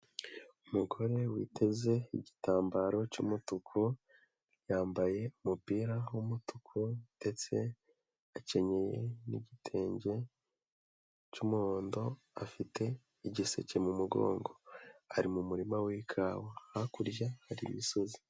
Umugore witeze igitambaro cy'umutuku, yambaye umupira w'umutuku ndetse akenyenye n'igitenge cy'umuhondo, afite igiseke mu mugongo. Ari mu murima w'ikawa. Hakurya hari imisozi.